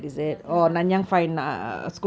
lasalle NAFA ya